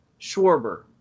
Schwarber